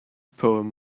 poem